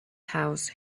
house